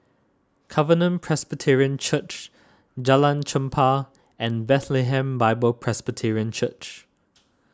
Covenant Presbyterian Church Jalan Chempah and Bethlehem Bible Presbyterian Church